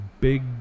big